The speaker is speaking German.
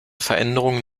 veränderungen